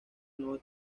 nueve